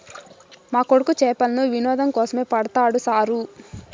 మా కొడుకు చేపలను వినోదం కోసమే పడతాడు సారూ